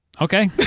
Okay